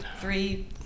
three